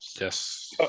Yes